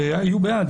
שהיו בעד.